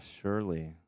surely